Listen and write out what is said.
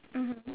mmhmm